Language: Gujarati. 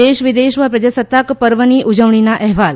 દેશ વિદેશમાં પ્રજાસત્તાક પર્વની ઉજવણીના અહેવાલ